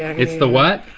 it's the what?